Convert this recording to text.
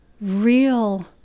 real